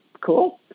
Cool